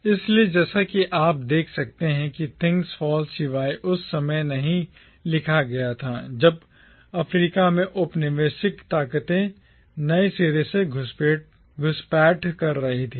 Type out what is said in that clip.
इसलिए जैसा कि आप देख सकते हैं कि थिंग्स फॉल शिवाय उस समय नहीं लिखा गया था जब अफ्रीका में औपनिवेशिक ताकतें नए सिरे से घुसपैठ कर रही थीं